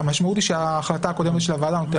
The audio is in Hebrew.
המשמעות היא שההחלטה הקודמת של הוועדה עומדת על כנה.